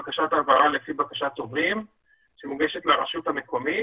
יש בקשת העברה לפי בקשת תובעים שמוגשת שלרשות המקומית